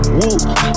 whoop